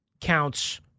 counts